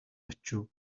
очив